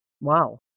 Wow